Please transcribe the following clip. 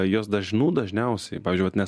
jos dažnų dažniausiai pavyzdžiui nes